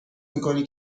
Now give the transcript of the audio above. میکنی